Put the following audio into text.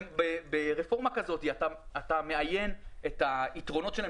ברפורמה כזאת אתה מאיין את היתרונות שלהם